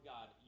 God